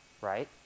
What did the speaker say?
right